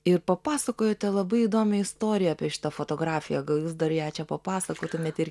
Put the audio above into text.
ir papasakojote labai įdomią istoriją apie šitą fotografiją gal jūs dar ją čia papasakotumėt ir